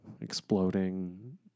exploding